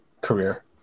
career